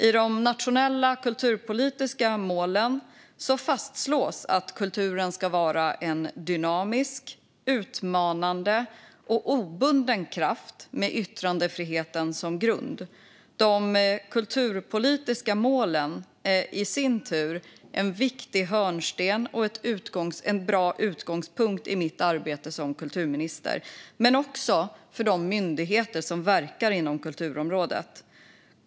I de nationella kulturpolitiska målen fastslås att kulturen ska vara en dynamisk, utmanande och obunden kraft med yttrandefriheten som grund. De kulturpolitiska målen är i sin tur en viktig hörnsten och en bra utgångspunkt i mitt arbete som kulturminister, men också för de myndigheter som verkar inom kulturområdet.